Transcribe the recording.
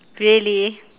really